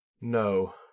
No